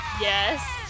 Yes